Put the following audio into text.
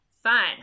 Fine